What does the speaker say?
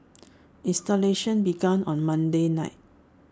installations began on Monday night